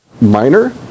minor